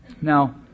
Now